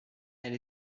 elle